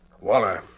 Waller